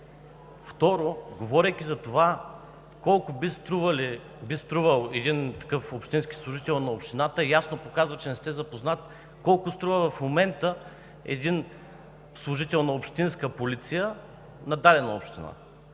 Второ, говорейки за това колко би струвал един такъв общински служител на общината, ясно показва, че не сте запознат колко струва в момента един служител на общинска полиция на дадена община.